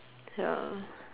ya